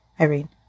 Irene